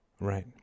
Right